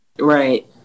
Right